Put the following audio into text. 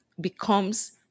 becomes